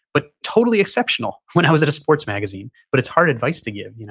but totally exceptional when i was at a sports magazine. but it's hard advice to give you know